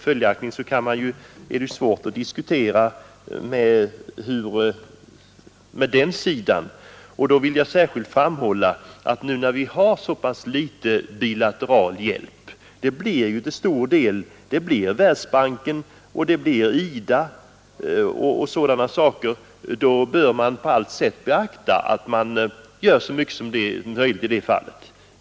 Följaktligen är det svårt att diskutera med den sidan. Jag vill särskilt framhålla att när vi nu har så litet bilateral hjälp får vi på allt sätt försöka se till att Världsbanken, IDA och liknande sammanslutningar får så mycket som möjligt.